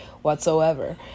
Whatsoever